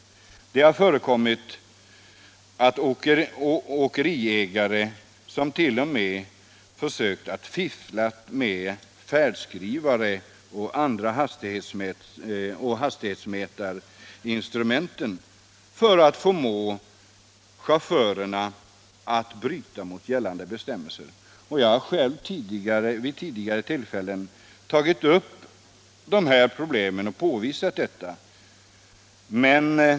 Det har t.o.m. förekommit att åkeriägare försökt fiffla med färdskrivare och hastighetsmätarinstrument för att förmå chaufförerna att bryta mot gällande bestämmelser. Jag har själv vid tidigare tillfällen tagit upp dessa problem.